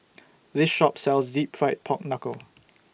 This Shop sells Deep Fried Pork Knuckle